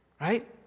right